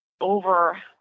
over